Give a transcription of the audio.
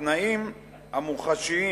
התנאים המוחשיים,